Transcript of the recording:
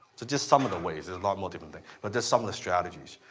so just some of the ways, there's a lot more different things. but that's some of the strategies.